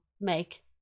make